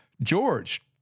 George